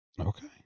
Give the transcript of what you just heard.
Okay